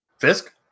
fisk